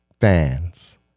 fans